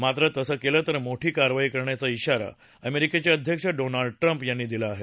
मात्र तसं केलं तर मोठी कारवाई करण्याचा शाारा अमेरिकेचे अध्यक्ष डोनाल्ड ट्रम्प यांनी दिला आहे